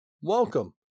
welcome